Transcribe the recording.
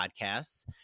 podcasts